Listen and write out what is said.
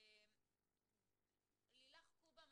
לילך קובה,